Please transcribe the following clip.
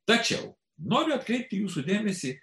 tačiau noriu atkreipti jūsų dėmesį